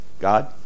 God